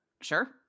Sure